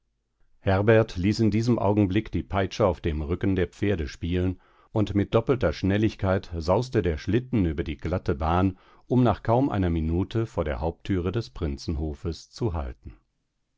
herbert ließ in diesem augenblick die peitsche auf dem rücken der pferde spielen und mit doppelter schnelligkeit sauste der schlitten über die glatte bahn um nach kaum einer minute vor der hauptthüre des prinzenhofes zu halten